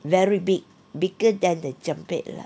very big bigger than the cempedak